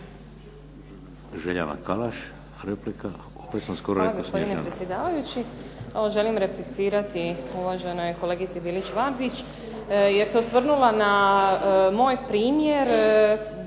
Željana Kalaš replika.